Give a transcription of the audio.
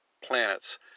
planets